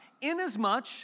Inasmuch